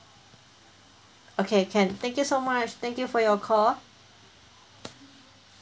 okay can thank you so much thank you for your call